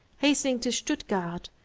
hastening to stuttgart,